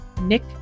Nick